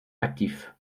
actif